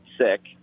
sick